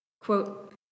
quote